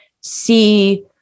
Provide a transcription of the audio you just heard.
see